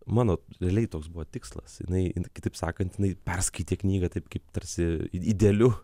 mano realiai toks buvo tikslas jinai kitaip sakant jinai perskaitė knygą taip kaip tarsi idealiu